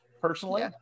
personally